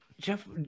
Jeff